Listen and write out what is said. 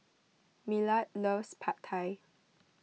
Millard loves Pad Thai